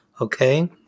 Okay